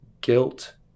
guilt